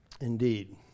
Indeed